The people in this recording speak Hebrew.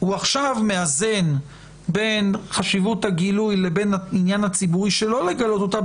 הוא מאזן עכשיו בין חשיבות הגילוי לבין העניין הציבורי שלא לגלות אותה,